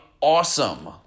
awesome